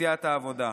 מסיעת העבודה.